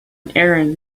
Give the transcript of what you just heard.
aaron